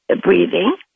breathing